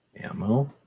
ammo